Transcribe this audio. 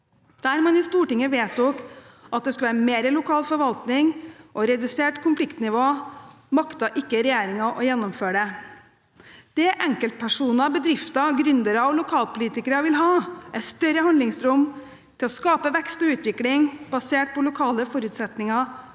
Der man i Stortinget vedtok at det skulle være mer lokal forvaltning og redusert konfliktnivå, maktet ikke regjeringen å gjennomføre det. Det enkeltpersoner, bedrifter, gründere og lokalpolitikere vil ha, er større handlingsrom til å skape vekst og utvikling basert på lokale forutsetninger,